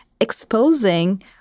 exposing